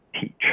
teach